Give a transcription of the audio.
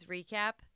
Recap